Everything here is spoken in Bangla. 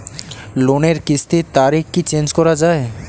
লোনের কিস্তির তারিখ কি চেঞ্জ করা যায়?